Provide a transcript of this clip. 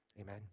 Amen